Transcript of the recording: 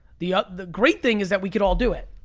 the ah the great thing is that we can all do it.